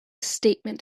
statement